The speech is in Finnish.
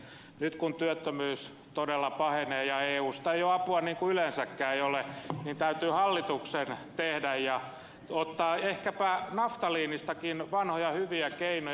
nyt kun työttömyys todella pahenee ja eusta ei ole apua niin kuin yleensäkään ei ole niin täytyy hallituksen tehdä ja ottaa ehkäpä naftaliinistakin vanhoja hyviä keinoja